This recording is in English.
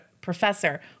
Professor